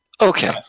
Okay